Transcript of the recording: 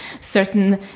certain